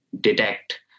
detect